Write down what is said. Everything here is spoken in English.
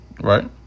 Right